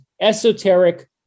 esoteric